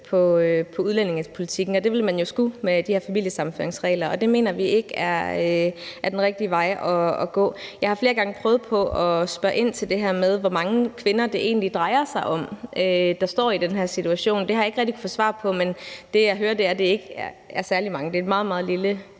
på udlændingepolitikken, og det ville man jo skulle med de her familiesammenføringsregler. Det mener vi ikke er den rigtige vej at gå. Jeg har flere gange prøvet at spørge ind til det her med, hvor mange kvinder det egentlig drejer sig om, som står i den her situation. Det har jeg ikke rigtig kunnet få svar på, men det, jeg hører, er, at det ikke er særlig mange, og at det er et meget, meget lille